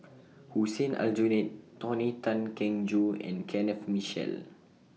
Hussein Aljunied Tony Tan Keng Joo and Kenneth Mitchell